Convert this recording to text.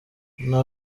nta